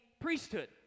priesthood